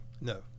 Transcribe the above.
No